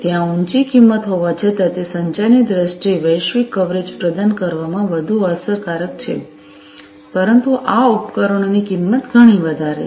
ત્યાં ઉંચી કિંમત હોવા છતાં તે સંચારની દ્રષ્ટિએ વૈશ્વિક કવરેજ પ્રદાન કરવામાં વધુ અસરકારક છે પરંતુ આ ઉપકરણોની કિંમત ઘણી વધારે છે